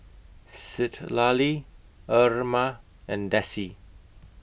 Citlalli Irma and Dessie